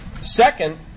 Second